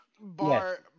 bar